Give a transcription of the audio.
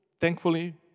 Thankfully